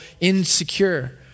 insecure